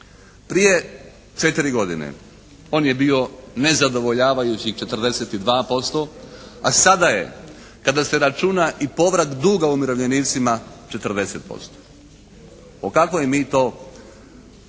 Prije 4 godine on je bio nezadovoljavajući 42%, a sada je kada se računa i povrat duga umirovljenicima 40%. O kakvoj mi to